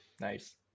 Nice